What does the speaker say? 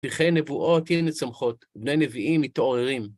פרחי נבואות הנה צומחות, בני נביאים מתעוררים.